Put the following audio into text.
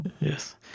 yes